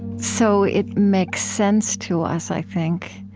so it makes sense to us, i think,